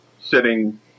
sitting